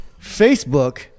Facebook